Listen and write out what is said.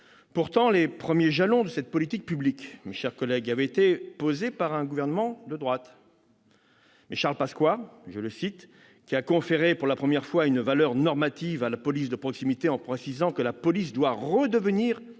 Pourtant, les premiers jalons de cette politique publique avaient été posés par un gouvernement de droite. C'est Charles Pasqua qui a conféré pour la première fois une valeur normative à la police de proximité, en précisant que « la police doit redevenir une police